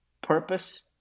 purpose